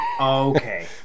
Okay